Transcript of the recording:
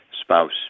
spouse